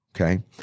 okay